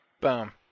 Boom